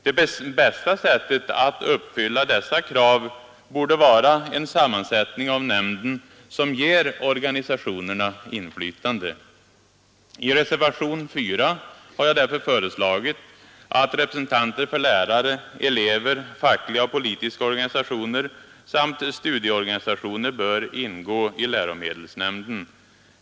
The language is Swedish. Det bästa sättet att uppfylla dessa krav borde vara en sammansättning av nämnden som ger organisationerna inflytande. I reservationen 4 har jag därför föreslagit att representanter för lärare, elever, fackliga och politiska organisationer samt studieorganisationer bör ingå i läromedelsnämnden.